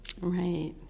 Right